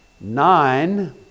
Nine